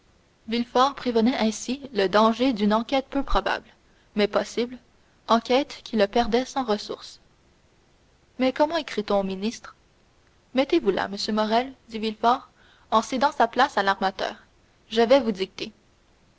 villefort prévenait ainsi le danger d'une enquête peu probable mais possible enquête qui le perdait sans ressource mais comment écrit on au ministre mettez-vous là monsieur morrel dit villefort en cédant sa place à l'armateur je vais vous dicter